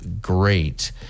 great